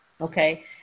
okay